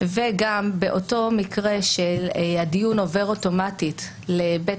וגם באותו מקרה שהדיון עובר אוטומטית לבית